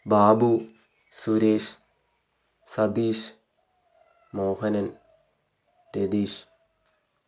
Babu Suresh Satheesh Mohanan Ratheesh